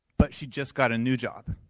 but she just got a new job.